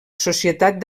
societat